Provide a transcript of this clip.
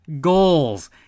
goals